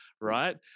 right